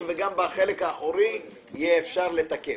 וגם בחלק האחורי של האוטובוס אפשר יהיה לתקף.